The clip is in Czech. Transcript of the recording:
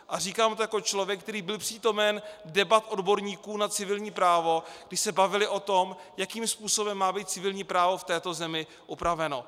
A říkám to jako člověk, který byl přítomen debat odborníků na civilní právo, kdy se bavili o tom, jakým způsobem má být civilní právo v této zemi upraveno.